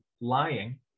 lying